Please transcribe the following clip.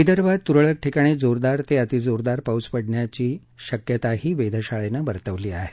विदर्भात तुरळक ठिकाणी जोरदार ते अतिजोरदार पाऊस पडण्याची शक्यताही वेधशाळेनं वर्तवली आहे